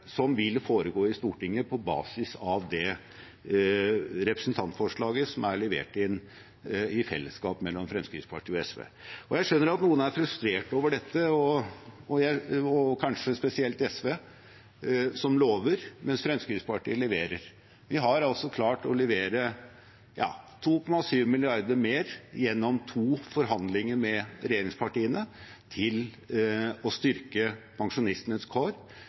som vil foregå i Stortinget på basis av det representantforslaget som er levert inn i fellesskap av Fremskrittspartiet og SV. Jeg skjønner at noen er frustrert over dette, og kanskje spesielt SV, som lover, mens Fremskrittspartiet leverer. Vi har altså klart å levere 2,7 mrd. kr mer gjennom to forhandlinger med regjeringspartiene til å styrke pensjonistenes kår,